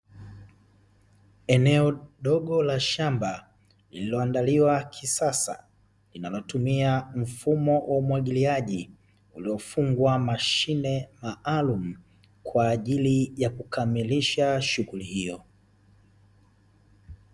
Eneo dogo la shamba lililoandaliwa kisasa, linalotumia mfumo wa umwagiliaji uliofungwa mashine maalumu kwaajili ya kukamilisha shughuli hiyo.